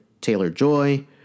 Taylor-Joy